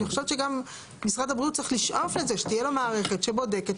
אני חושבת שגם משרד הבריאות צריך לשאוף לזה שתהיה לו מערכת שבודקת,